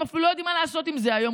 הם אפילו לא יודעים מה לעשות עם זה היום.